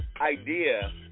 idea